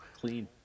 Clean